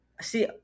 See